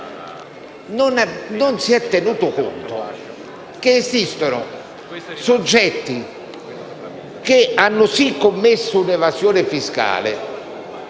Non si è tenuto conto del fatto che esistono soggetti che hanno sì commesso un'evasione fiscale,